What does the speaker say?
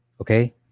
okay